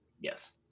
Yes